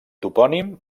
topònim